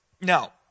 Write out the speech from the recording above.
Now